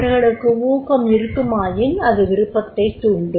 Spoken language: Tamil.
அவர்களுக்கு ஊக்கம் இருக்குமாயின் அது விருப்பத்தைத் தூண்டும்